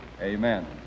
amen